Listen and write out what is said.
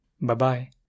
Bye-bye